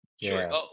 Sure